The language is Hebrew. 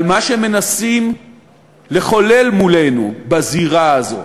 על מה שמנסים לחולל מולנו בזירה הזאת,